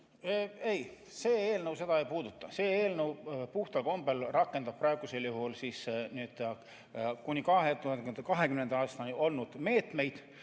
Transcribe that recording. Ei, see eelnõu seda ei puuduta, see eelnõu puhtal kombel rakendab praegusel juhul kuni 2020. aastani olnud meetmeid